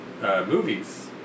Movies